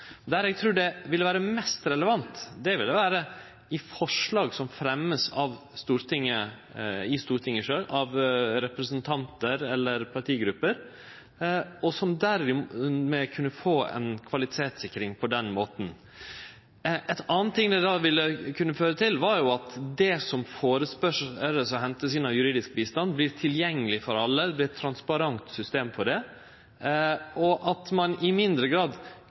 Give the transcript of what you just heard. Der eg trur det vil vere mest relevant, er i samband med forslag som vert fremma i Stortinget av representantar eller partigrupper, og som dermed kunne kvalitetssikrast på den måten. Noko anna det kunne føre til, er at det som vert henta inn av juridisk bistand, vert tilgjengeleg for alle – det ville verte eit transparent system for det – og at ein i mindre grad